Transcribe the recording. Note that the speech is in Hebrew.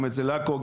גם בעכו,